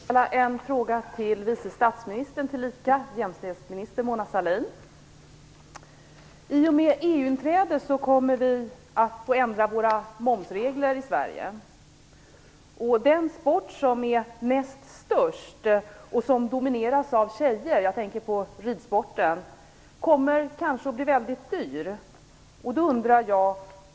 Fru talman! Jag vill ställa en fråga till vice statsministern, tillika jämställdhetsministern, Mona Sahlin. I och med EU-inträdet kommer momsreglerna i Sverige att ändras. Den sport som är näst störst och som domineras av tjejer - jag tänker på ridsporten - kommer kanske att bli väldigt dyr att utöva.